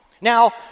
Now